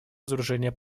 разоружения